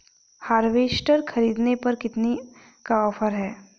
Harvester ख़रीदने पर कितनी का ऑफर है?